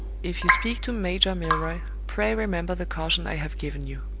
if you speak to major milroy, pray remember the caution i have given you!